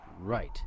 right